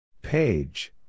Page